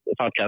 podcast